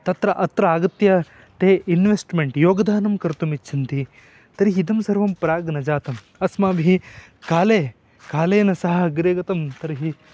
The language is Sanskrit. तत्र अत्र आगत्य ते इन्वेस्ट्मेण्ट् योगदानं कर्तुमिच्छन्ति तर्हि इदं सर्वं प्राक् न जातम् अस्माभिः काले कालेन सह अग्रे गतं तर्हि